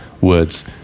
words